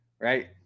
right